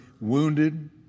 wounded